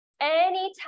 Anytime